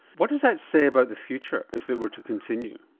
what does that say about the future if it were to continue?